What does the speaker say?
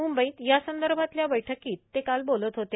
मुंबईत यासंदर्भातल्या बैठकीत ते काल बोलत होते